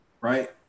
right